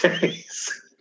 days